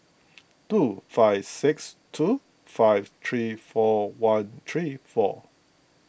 two five six two five three four one three four